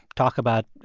talk about,